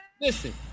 Listen